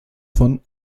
von